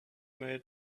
made